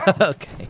Okay